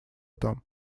там